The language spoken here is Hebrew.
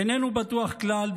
איננו בטוח כלל,